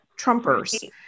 Trumpers